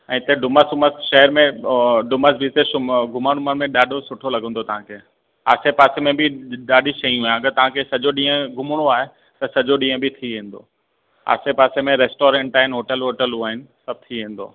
ऐं हिते डुमस वुमस शहर में डुमस बीच ते सुम घुमणु वुमण में ॾाढो सुठो लॻंदो तव्हांखे आसे पासे में बि ॾाढी शयूं आहे अगरि तव्हांखे सजो ॾींहं जो घुमिणो आहे त सजो ॾींहं बी थी वेंदो आसे पासे में रेस्टोरेंट आहिनि होटल वोटलूं आहिनि सभु थी वेंदो